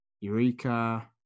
Eureka